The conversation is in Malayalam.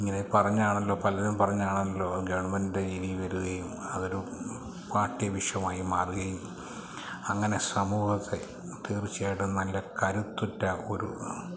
ഇങ്ങനെ പറഞ്ഞാണല്ലോ പലരും പറഞ്ഞാണല്ലോ ഗവൺമെറ്റിൻ്റെ ഇനി വരികയും അതൊരു പാഠ്യവിഷയമായി മാറുകയും അങ്ങനെ സമൂഹത്തെ തീർച്ചയായിട്ടും നല്ല കരുത്തുറ്റ ഒരു